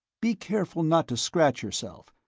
be careful not to scratch yourself,